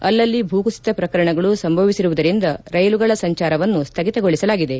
ಅಲ್ಲಲ್ಲಿ ಭೂಕುಸಿತ ಪ್ರಕರಣಗಳೂ ಸಂಭವಿಸಿರುವುದರಿಂದ ರೈಲುಗಳ ಸಂಚಾರವನ್ನು ಸ್ಥಗಿತಗೊಳಿಸಲಾಗಿದೆ